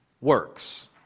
works